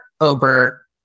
over